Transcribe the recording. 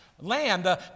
lamb